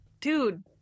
Dude